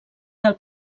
del